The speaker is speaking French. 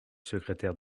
secrétaire